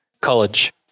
college